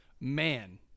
man